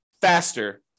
faster